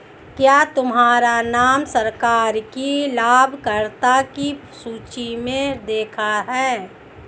क्या तुम्हारा नाम सरकार की लाभकर्ता की सूचि में देखा है